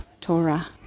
Torah